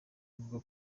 avuga